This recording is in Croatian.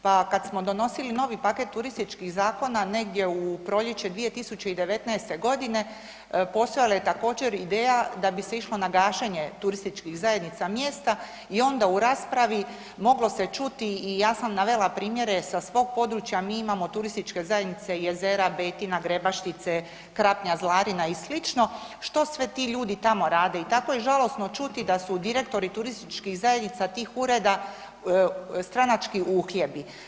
Pa kad smo donosili novi paket turističkih zakona negdje u proljeće 2019. g. postojala je također, ideja da bi se išlo na gašenje turističkih zajednica mjesta i onda u raspravi moglo se čuti i ja sam navela primjere sa svog područja, mi imamo turističke zajednice Jezera, Betina, Grebaštice, Krapnja, Zlarina i sl., što sve ti ljudi tamo rade, i tako je žalosno čuti da su direktori turističkih zajednica tih ureda, stranački uhljebi.